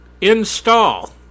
install